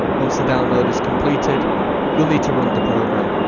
once the download is completed you'll need to run the program.